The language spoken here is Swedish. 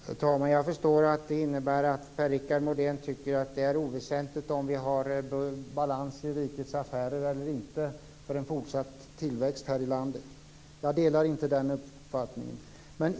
Herr talman! Jag förstår att detta innebär att Per Richard Molén tycker att det är oväsentligt om vi har balans i rikets affärer eller inte för en fortsatt tillväxt här i landet. Jag delar inte den uppfattningen.